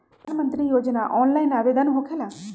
प्रधानमंत्री योजना ऑनलाइन आवेदन होकेला?